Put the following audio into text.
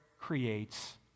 creates